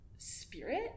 Spirit